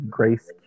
Grace